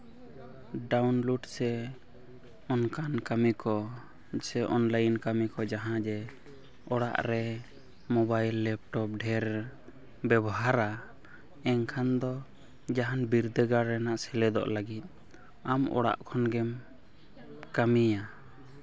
download ᱥᱮ ᱚᱱᱠᱟᱱ ᱠᱟᱹᱢᱤ ᱠᱚ ᱥᱮ ᱚᱱᱞᱟᱭᱤᱱ ᱠᱟᱹᱢᱤ ᱠᱚ ᱡᱟᱦᱟᱸ ᱡᱮ ᱚᱲᱟᱜ ᱨᱮ ᱢᱳᱵᱟᱭᱤᱞ ᱞᱮᱯᱴᱚᱯ ᱰᱷᱮᱹᱨ ᱵᱮᱵᱚᱦᱟᱨᱟ ᱮᱱᱠᱷᱟᱱ ᱫᱚ ᱡᱟᱦᱟᱱ ᱵᱤᱨᱫᱟᱹᱜᱟᱲ ᱨᱮ ᱥᱮᱞᱮᱫᱚᱜ ᱞᱟᱹᱜᱤᱫ ᱟᱢ ᱚᱲᱟᱜ ᱠᱷᱚᱱ ᱜᱮᱢ ᱠᱟᱹᱢᱤᱭᱟ